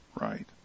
right